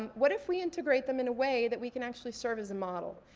and what if we integrate them in a way that we can actually serve as a model?